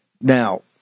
Now